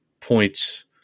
points